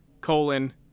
colon